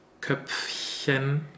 Köpfchen